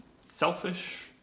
selfish